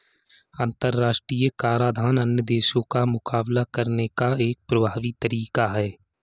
अंतर्राष्ट्रीय कराधान अन्य देशों का मुकाबला करने का एक प्रभावी तरीका है